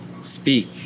speak